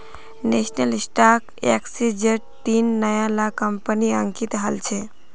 national stock एक्सचेंजट तीन नया ला कंपनि अंकित हल छ